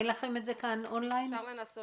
אפשר לנסות